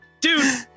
Dude